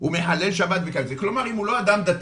ומחלל שבת, כלומר אם הוא לא אדם דתי,